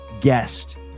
guest